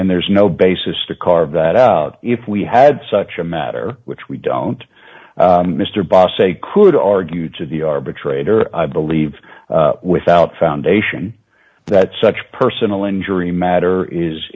and there's no basis to carve that out if we had such a matter which we don't mr boss say could argue to the arbitrator i believe without foundation that such personal injury matter is